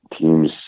teams